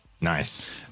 Nice